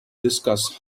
discuss